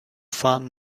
found